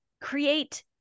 create